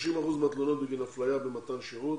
30 אחוזים מהתלונות בגין אפליה במתן שירות,